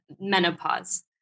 menopause